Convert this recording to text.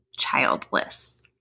childless